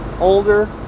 older